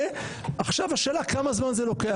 עכשיו השאלה כמה זמן זה לוקח,